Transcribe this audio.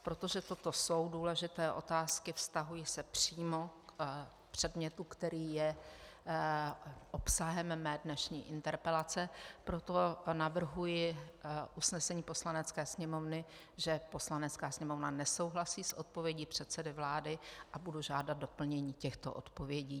Protože toto jsou důležité otázky, vztahují se přímo k předmětu, který je obsahem mé dnešní interpelace, proto navrhuji usnesení Poslanecké sněmovny, že Poslanecká sněmovna nesouhlasí s odpovědí předsedy vlády, a budu žádat doplnění těchto odpovědí.